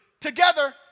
together